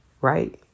right